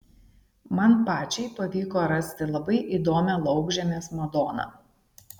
man pačiai pavyko rasti labai įdomią laukžemės madoną